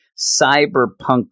cyberpunk